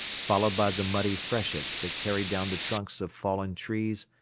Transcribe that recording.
followed by the muddy freshets that carried down the trunks of fallen trees,